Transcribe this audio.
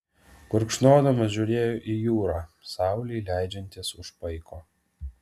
gurkšnodamas žiūrėjo į jūrą saulei leidžiantis už paiko